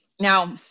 now